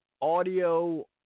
audio